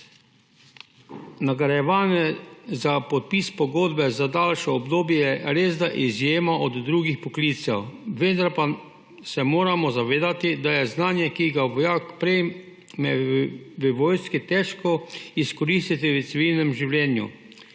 Nagrajevanje za podpis pogodbe za daljše obdobje je resda izjema od drugih poklicev, vendar pa se moramo zavedati, da je znanje, ki ga vojak prejme v vojski, težko izkoristiti v civilnem življenju.